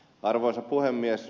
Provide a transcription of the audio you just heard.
arvoisa puhemies